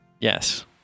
Yes